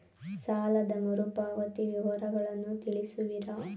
ಸಾಲದ ಮರುಪಾವತಿ ವಿವರಗಳನ್ನು ತಿಳಿಸುವಿರಾ?